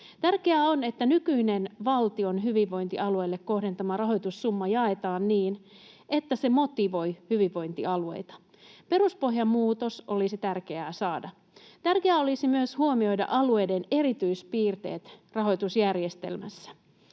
Tärkeää on, että nykyinen valtion hyvinvointialueille kohdentama rahoitussumma jaetaan niin, että se motivoi hyvinvointialueita. Peruspohjan muutos olisi tärkeää saada. Tärkeää olisi myös huomioida alueiden erityispiirteet rahoitusjärjestelmässä.